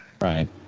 Right